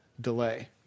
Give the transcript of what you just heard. delay